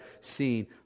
seen